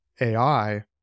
AI